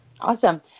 Awesome